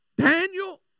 Daniel